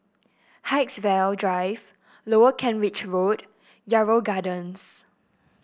Haigsville Drive Lower Kent Ridge Road Yarrow Gardens